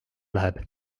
läheb